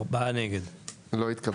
הצבעה בעד 3 נגד 4 ההסתייגות לא התקבלה.